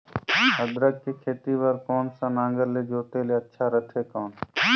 अदरक के खेती बार कोन सा नागर ले जोते ले अच्छा रथे कौन?